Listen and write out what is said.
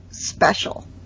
special